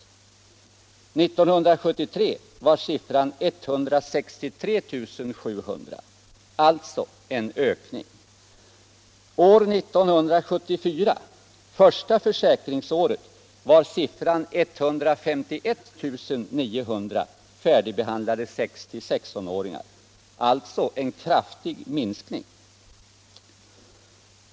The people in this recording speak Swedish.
År 1973 var siffran 163 700, vilket alltså innebar en ökning. År 1974, det första försäkringsåret, var antalet färdigbehandlade 6-16-åringar 151 900 — alltså en kraftig minskning.